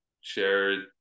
share